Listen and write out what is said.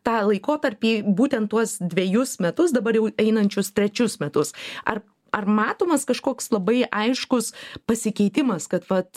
tą laikotarpį būtent tuos dvejus metus dabar jau einančius trečius metus ar ar matomas kažkoks labai aiškus pasikeitimas kad vat